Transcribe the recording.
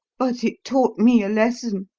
but it taught me a lesson,